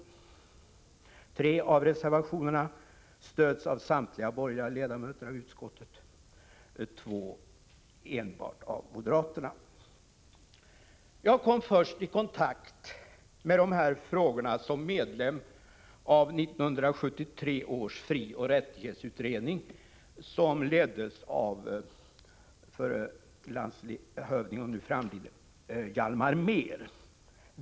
Tre av reservationerna stöds av samtliga borgerliga ledamöter i utskottet, två enbart av moderaterna. Jag kom först i kontakt med dessa frågor som medlem i 1973 års frioch rättighetsutredning, som leddes av den framlidne landshövdingen Hjalmar Mehr.